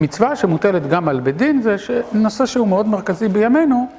מצווה שמוטלת גם על בית דין, זה נושא שהוא מאוד מרכזי בימינו.